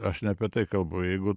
aš ne apie tai kalbu jeigu